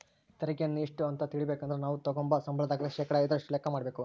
ತೆರಿಗೆಯನ್ನ ಎಷ್ಟು ಅಂತ ತಿಳಿಬೇಕಂದ್ರ ನಾವು ತಗಂಬೋ ಸಂಬಳದಾಗ ಶೇಕಡಾ ಐದರಷ್ಟು ಲೆಕ್ಕ ಮಾಡಕಬೇಕು